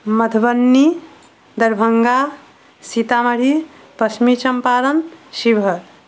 Madhubani Darbhanga Sitamarhi Champaran Sheohar